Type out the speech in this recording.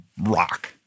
rock